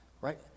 Right